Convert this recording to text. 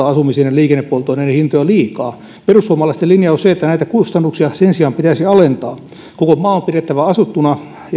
asumisen ja liikennepolttoaineiden hintoja liikaa perussuomalaisten linjaus on se että näitä kustannuksia sen sijaan pitäisi alentaa koko maa on pidettävä asuttuna